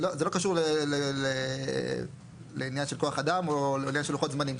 זה לא קשור לעניין של כוח אדם או עניין של לוחות זמנים.